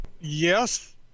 Yes